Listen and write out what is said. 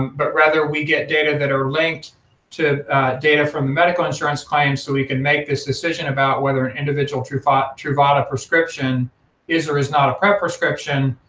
but rather we get data that are linked to data from medical insurance claims so we can make this decision about whether an individual truvada truvada prescription is or is not a prep prescription,